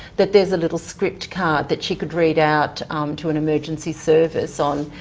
that there's a little script card that she could read out to an emergency service on,